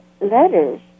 letters